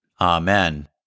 Amen